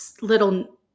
little